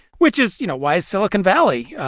which is you know, why is silicon valley,